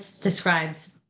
describes